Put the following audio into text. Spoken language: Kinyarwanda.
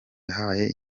yahaye